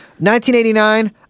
1989